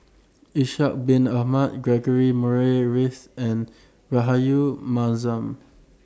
Ishak Bin Ahmad Murray Reith and Rahayu Mahzam